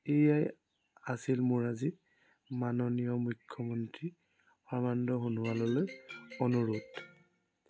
এয়াই আছিল আজি মাননীয় মুখ্যমন্ত্ৰী সৰ্বানন্দ সোনোৱাললৈ অনুৰোধ